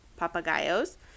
Papagayo's